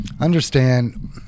understand